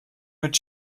mit